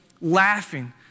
laughing